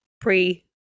pre